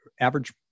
average